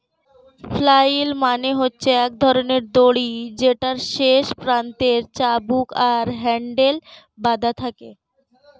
flail মানে হচ্ছে এক ধরণের দড়ি যেটার শেষ প্রান্তে চাবুক আর হ্যান্ডেল বাধা থাকে